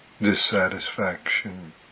dissatisfaction